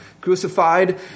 crucified